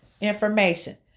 information